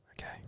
Okay